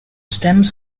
stems